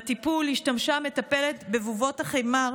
בטיפול השתמשה המטפלת בבובות החמר